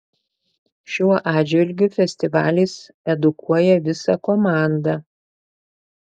šiuo atžvilgiu festivalis edukuoja visą komandą